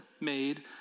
made